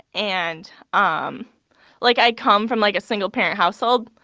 and um like, i come from, like, a single-parent household,